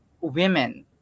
women